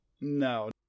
No